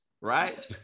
Right